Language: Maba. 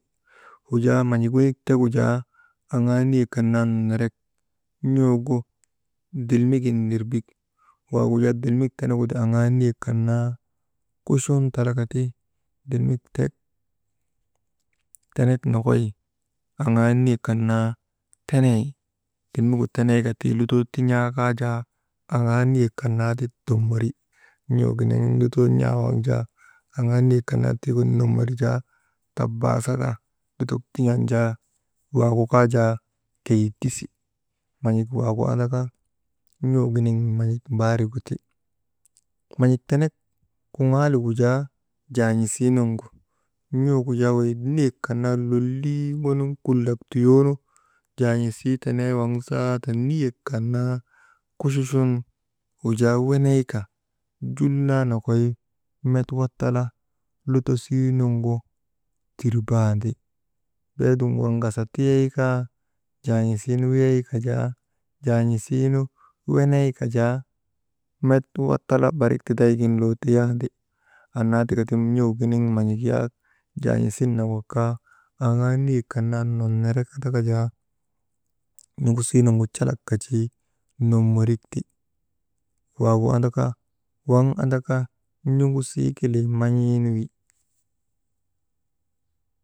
Wujaa man̰ik wenik tegu jaa, aŋaa niyek kan naa nonorek n̰ugu dilmigin nirbik waagu jaa dilmik tenegu ti aŋaa niyek kan naa kuchun talaka ti dilmik tek tenek nokoy aŋaa niyek kan naa teney dilmigu teneyka tii lutoo ti tin̰aa kaa jaa aŋaa niyek kan naa ti tommori n̰uginiŋ lutoo n̰aa waŋ jaa aŋaa niyek kan naa tiigu nommori jaa tabbaa saka lutok tin̰an jaa waagu kaa jaa keyi tisi. Man̰ik waagu andaka n̰uginiŋ man̰ik mbaariguti. Man̰ik tenek kuŋgaaligu jaa, jaan̰isiinuŋgu, n̰ugu jaa wey niyek kan naa lolii ŋonun kulak tuyoonu, jaan̰isii tenee waŋ zaata niyek kan naa kuchuchun wujaa weneyka, jul naa nokoy met Wattala lutosii nuŋgu tirbaandi, beedum wurn̰asa tiyay kaa jaan̰isiinu wiyayka jaa, jaan̰isiinu weneyka jaa, met Wattala barik tidaygin loo teyaandi. Annaa tikati n̰uginiŋ man̰ik yaak jaan̰isin nak wak kaa aŋaa niyek kan naa nonnorek andaka jaa n̰ugusiinuŋgu calak kajii nommorikti, wagu andaka, waŋ andaka n̰ugusii kelee man̰iinu wi.